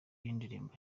y’indirimbo